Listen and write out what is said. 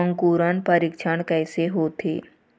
अंकुरण परीक्षण कैसे होथे?